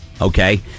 Okay